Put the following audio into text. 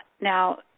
now